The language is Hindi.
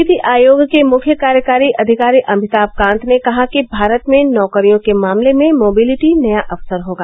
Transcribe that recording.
नीति आयोग के मुख्य कार्यकारी अधिकारी अमिताभ कांत ने कहा कि भारत में नौकरियों के मामले में मोबिलिटी नया अवसर होगा